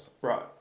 Right